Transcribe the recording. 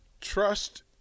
Trust